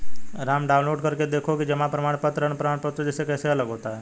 Ram download कर देखो कि जमा प्रमाण पत्र अन्य प्रमाण पत्रों से कैसे अलग होता है?